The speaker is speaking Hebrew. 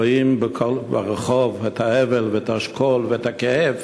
רואים ברחוב את האבל, את השכול ואת הכאב